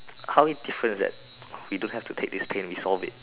how it's different that we don't have to take these pain we solve it